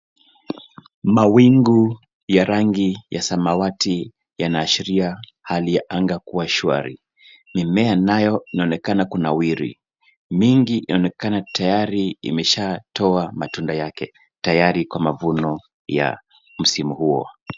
Mawingu ya rangi ya samawati yanaashiria hali ya angaa kuwa swari. Mimea nayo inaonekana kunawiri. Mingi inaonekana tayari imeshatoa matunda yake tayari kwa mavuno ya msimu huo.